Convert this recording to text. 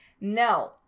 no